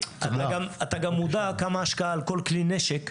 אתה גם מודע לכמות ההשקעה בכל כלי הנשק,